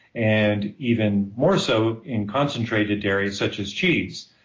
and even more so in concentrated areas such as cheese.